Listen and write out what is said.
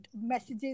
messages